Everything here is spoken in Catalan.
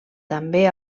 també